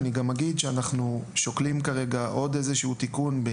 אנחנו שוקלים כרגע תיקון נוסף,